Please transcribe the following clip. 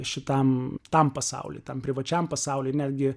šitam tam pasauly tam privačiam pasauly netgi